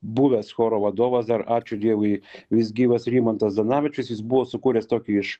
buvęs choro vadovas dar ačiū dievui vis gyvas rimantas zdanavičius jis buvo sukūręs tokį iš